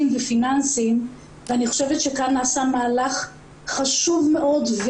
ופיננסים ואני חושבת שכאן נעשה מהלך חשוב מאוד.